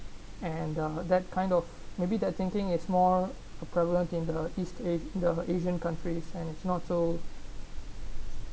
and uh that kind of maybe their thinking it's more prevalent in the east as~ the asian countries and its not so